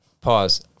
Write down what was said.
Pause